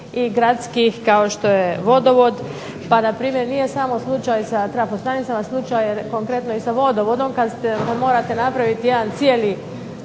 i gradskih kao što je Vodovod. Pa npr. nije samo slučaj sa trafostanicama, slučaj je konkretno i sa Vodovodom. Kad morate napraviti jedan cijeli